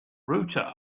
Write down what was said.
router